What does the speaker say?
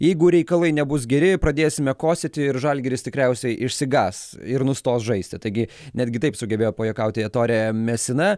jeigu reikalai nebus geru pradėsime kosėti ir žalgiris tikriausiai išsigąs ir nustos žaisti taigi netgi taip sugebėjo pajuokauti etorė mesina